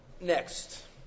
Next